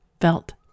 felt